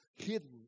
Hidden